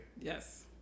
Yes